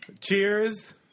cheers